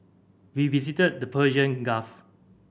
we visited the Persian Gulf